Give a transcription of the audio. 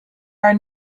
are